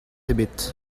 ebet